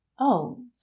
Oh